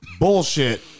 Bullshit